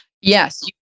Yes